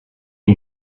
you